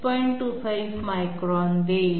25 micron देईल